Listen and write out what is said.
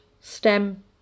stem